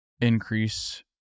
increase